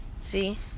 See